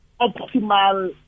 optimal